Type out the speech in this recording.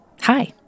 Hi